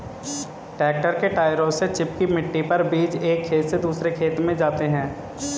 tractor के टायरों से चिपकी मिट्टी पर बीज एक खेत से दूसरे खेत में जाते है